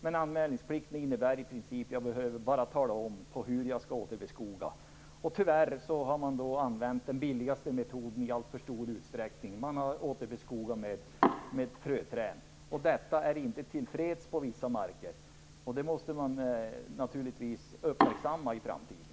Men återanmälningsplikten innebär i princip att man bara behöver tala om hur man skall återbeskoga. Tyvärr har man i allt för stor utsträckning använt den billigaste metoden. Man har återbeskogat med fröträd. Detta är inte tillfredsställande på vissa marker. Det måste vi naturligtvis uppmärksamma i framtiden.